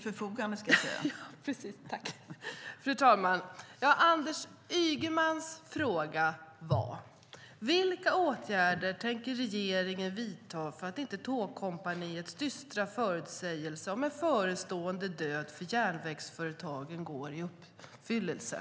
Fru talman! Anders Ygemans fråga var: Vilka åtgärder tänker regeringen vidta för att inte Tågkompaniets dystra förutsägelser om en förestående död för järnvägsföretagen ska gå i uppfyllelse?